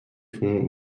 font